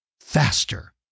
Faster